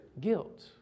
guilt